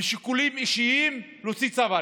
משיקולים אישיים, להוציא צו ההריסה.